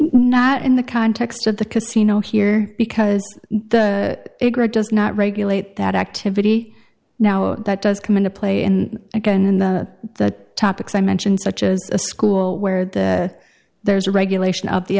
not in the context of the casino here because a great does not regulate that activity now that does come into play and again in the the topics i mentioned such as a school where the there's a regulation of the